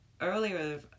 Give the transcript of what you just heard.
Earlier